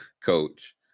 coach